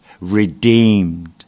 redeemed